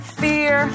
fear